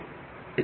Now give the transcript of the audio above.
மாணவர்